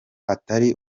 atari